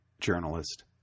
journalist